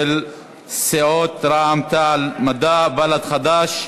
של סיעות רע"ם-תע"ל-מד"ע בל"ד חד"ש.